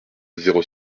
zéro